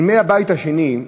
מימי הבית השני,